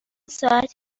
ساعت